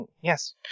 Yes